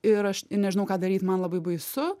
ir aš nežinau ką daryt man labai baisu